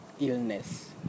illness